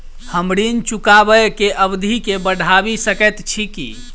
हम ऋण चुकाबै केँ अवधि केँ बढ़ाबी सकैत छी की?